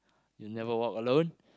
You Never Walk Alone